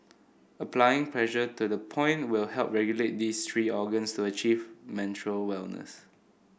applying pressure to the point will help regulate these three organs to achieve menstrual wellness